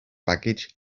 baggage